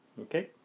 Okay